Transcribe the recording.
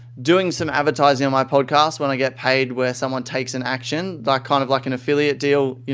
doing some advertising on my podcast where i get paid where someone takes an action. that kind of like an affiliate deal,